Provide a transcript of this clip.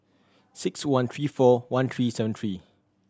six one three four one three seven three